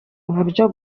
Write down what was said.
uburyo